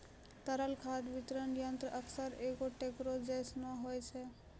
तरल खाद वितरक यंत्र अक्सर एगो टेंकरो जैसनो होय छै